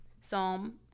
Psalm